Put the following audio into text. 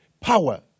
power